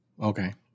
Okay